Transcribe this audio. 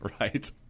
right